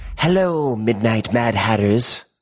hello midnight mad hatters.